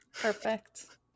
perfect